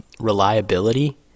reliability